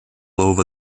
over